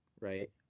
right